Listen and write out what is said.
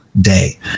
day